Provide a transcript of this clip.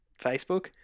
Facebook